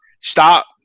Stop